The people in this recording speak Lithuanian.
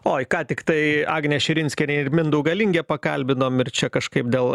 oi ką tiktai agnę širinskienę ir mindaugą lingę pakalbinome ir čia kažkaip dėl